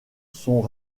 sont